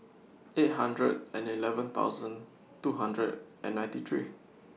eight hundred and eleven thousand two hundred and ninety three